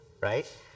right